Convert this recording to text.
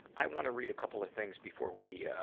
i wanna read a couple of things before we, ah,